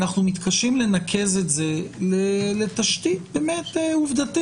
אנחנו מתקשים לנקז את זה לתשתית עובדתית,